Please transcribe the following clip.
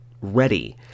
ready